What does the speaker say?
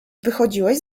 wychodziłeś